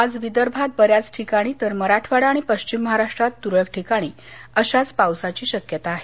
आज विदर्भात बऱ्याच ठिकाणी तर मराठवाडा आणि पश्चिम महाराष्ट्रात त्रळक ठिकाणी अशाच पावसाची शक्यता आहे